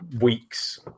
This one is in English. weeks